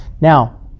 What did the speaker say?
now